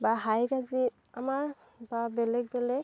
বা হাই কাজিয়া আমাৰ বা বেলেগ বেলেগ